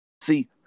See